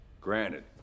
Granted